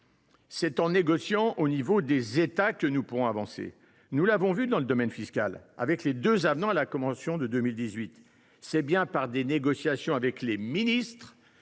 C’est en négociant à l’échelle des États que nous pourrons avancer, ainsi que nous l’avons vu dans le domaine fiscal avec les deux avenants à la convention de 2018. C’est bien par des négociations entre les ministres